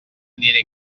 aniré